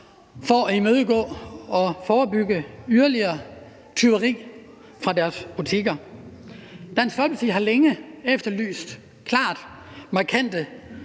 for at imødegå og forebygge yderligere tyveri fra deres butikker. Dansk Folkeparti har længe efterlyst klart og markant